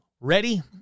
Ready